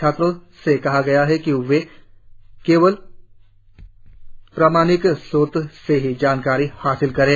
छात्रों से कहा गया है कि वे केवल प्रामाणिक स्रोत से ही जानकारी हासिल करें